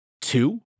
Two